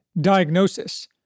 diagnosis